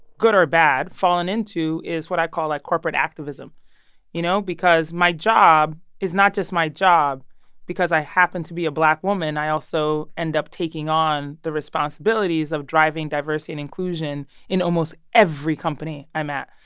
good or bad, fallen into is what i call, like, corporate activism you know? because my job is not just my job because i happen to be a black woman, i also end up taking on the responsibilities of driving diversity and inclusion in almost every company i'm at,